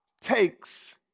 takes